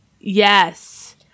yes